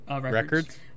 Records